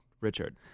Richard